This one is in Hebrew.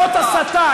זאת הסתה.